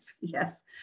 Yes